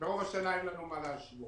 ברוב השנה אין לנו מה להשוות.